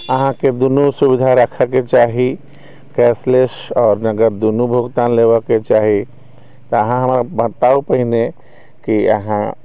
अहाँके दुनू सुविधा रखैके चाही कैशलेस आओर नगद दुनू भुगतान लेबऽके चाही तऽ अहाँ हमरा बताउ पहिने की अहाँ